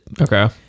okay